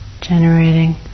Generating